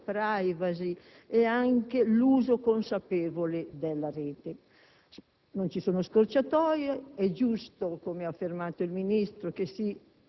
*privacy* e l'uso consapevole della Rete. Non ci sono scorciatoie, è giusto -, come ha affermato il Ministro - che si